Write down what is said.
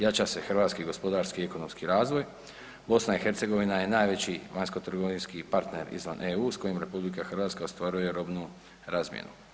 Jača se hrvatski gospodarski i ekonomski razvoj, BiH je najveći vanjskotrgovinski partner izvan EU s kojima RH ostvaruje robnu razmjenu.